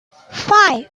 five